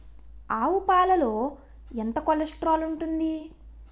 ఆవు పాలలో ఎంత కొలెస్ట్రాల్ ఉంటుంది?